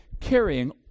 carrying